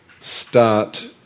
start